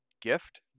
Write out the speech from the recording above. gift